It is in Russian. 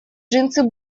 джинсы